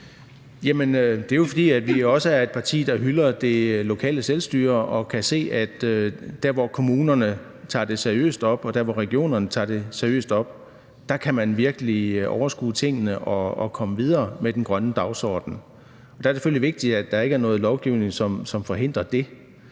Det er jo, fordi vi også er et parti, der hylder det lokale selvstyre og kan se, at man der, hvor kommunerne tager det seriøst op, og der, hvor regionerne tager det seriøst op, virkelig kan overskue tingene og komme videre med den grønne dagsorden. Der er det selvfølgelig vigtigt, at der ikke er noget lovgivning, som forhindrer det.